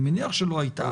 אני מניח שלא הייתה,